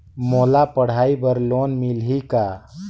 मोला पढ़ाई बर लोन मिलही का?